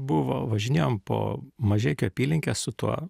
buvo važinėjom po mažeikių apylinkes su tuo